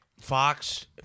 Fox